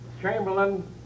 Chamberlain